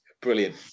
Brilliant